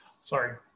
Sorry